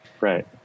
right